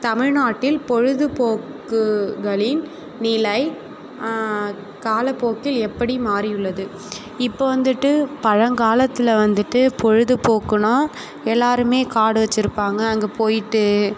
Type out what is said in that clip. தமிழ்நாட்டில் பொழுதுப்போக்குகளின் நிலை காலப்போக்கில் எப்படி மாறியுள்ளது இப்போ வந்துட்டு பழங்காலத்தில் வந்துட்டு பொழுதுப்போக்குனா எல்லாரும் காடு வச்சிருப்பாங்க அங்கே போயிட்டு